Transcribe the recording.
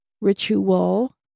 ritual